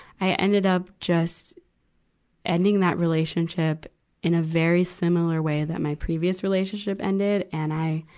i ended up just ending that relationship in a very similar way that my previous relationship ended. and i,